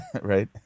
right